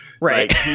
Right